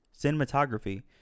Cinematography